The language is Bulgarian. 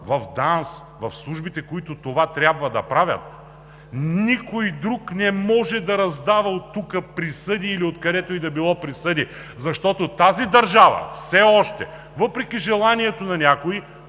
в ДАНС, в службите, които това трябва да правят. Никой друг не може да раздава оттук или откъдето и да било присъди, защото тази държава все още, въпреки желанието на някои,